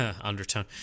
Undertone